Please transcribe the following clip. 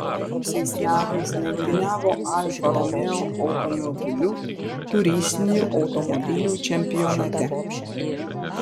praėjusiais metais lenktyniavo alfa romeo automobiliu turistinių automobilių čempionate